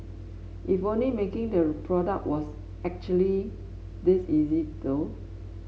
if only making the product was actually this easy though